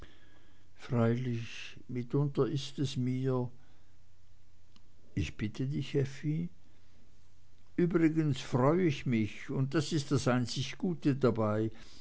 freilich mitunter ist es mir ich bitte dich effi übrigens freu ich mich und das ist das einzige gute dabei